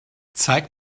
zeig